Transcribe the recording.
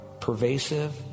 pervasive